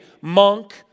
monk